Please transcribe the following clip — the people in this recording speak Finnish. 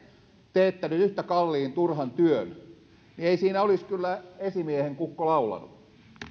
teettänyt yhtä kalliin turhan työn ei siinä olisi kyllä esimiehen kukko laulanut